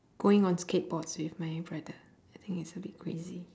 going on skateboards with my brother I think it's a bit crazy